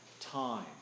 time